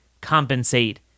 compensate